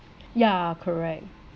ya correct